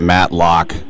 Matlock